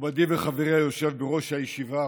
מכובדי וחברי היושב בראש הישיבה,